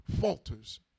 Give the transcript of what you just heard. falters